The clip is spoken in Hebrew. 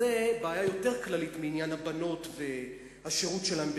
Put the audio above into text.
וזו בעיה יותר כללית מעניין הבנות והשירות שלהן בצה"ל.